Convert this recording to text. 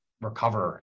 recover